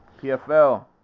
PFL